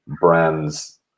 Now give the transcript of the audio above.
brands